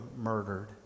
murdered